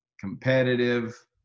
competitive